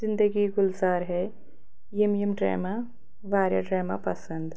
زندگی گُلزار ہے یِم یِم ڈرٛیما واریاہ ڈرٛیما پَسَنٛد